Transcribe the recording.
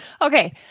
okay